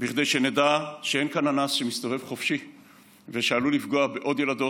כדי שנדע שאין כאן אנס שמסתובב חופשי ושעלול לפגוע בעוד ילדות.